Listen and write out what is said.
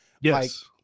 Yes